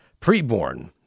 Preborn